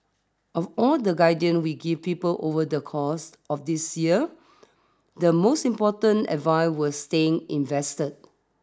of all the guidance we give people over the course of this year the most important advice was staying invested